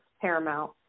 Paramount